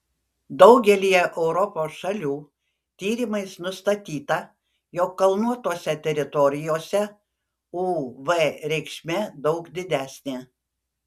daugelyje europos šalių tyrimais nustatyta jog kalnuotose teritorijose uv reikšmė daug didesnė